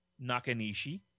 Nakanishi